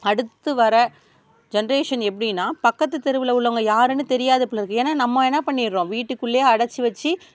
அடுத்து வர ஜென்ரேஷன் எப்படின்னா பக்கத்து தெருவில் உள்ளவங்க யாருன்னு தெரியாத போலருக்குது ஏன்னால் நம்ம என்ன பண்ணிடுறோம் வீட்டுக்குள்ளே அடைத்து வச்சி